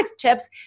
chips